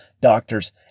doctors